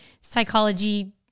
psychology